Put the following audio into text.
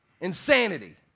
Insanity